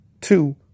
two